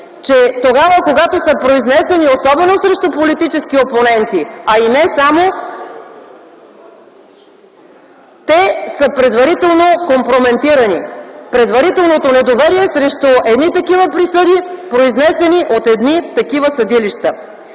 че тогава, когато са произнесени, особено срещу политически опоненти, а и не само, те са предварително компрометирани. Предварителното недоверие срещу едни такива присъди, произнесени от едни такива съдилища